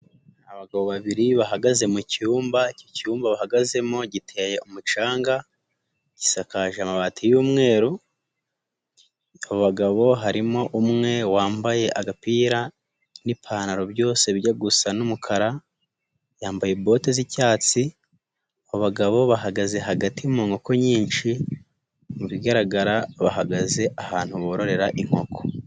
Abagabo babiri bahagaze mu cyumba, iki cyumba bahagazemo giteye umucanga, gisakaje amabati y'umweru, abo bagabo harimo umwe wambaye agapira n'ipantaro byose bijya gusa n'umukara, yambaye bote z'icyatsi, abo bagabo bahagaze hagati mu nkoko nyinshi, mu bigaragara bahagaze ahantu bororera inkoko.